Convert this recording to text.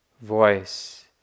voice